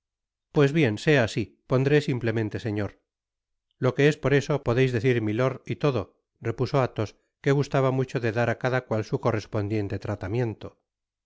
pues bien sea asi pondré simplemente señor lo que es por eso podeis decir milord y todo repuso athos que gustaba mucho de dar á cada cual su correspondiente tratamiento